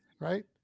right